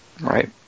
Right